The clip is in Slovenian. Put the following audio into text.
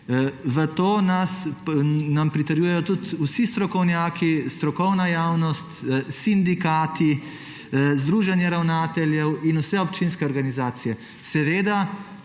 To nam pritrjujejo vsi strokovnjaki, strokovna javnost, sindikati, združenje ravnateljev in vse občinske organizacije.